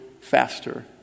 faster